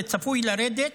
וזה צפוי לרדת